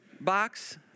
box